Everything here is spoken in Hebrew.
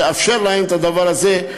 לאפשר להם את הדבר הזה,